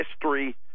history